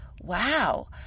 wow